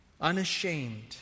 Unashamed